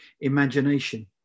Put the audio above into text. imagination